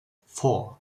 four